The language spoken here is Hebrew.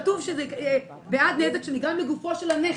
כתוב שזה "בעד נזק שנגרם לגופו של הנכס".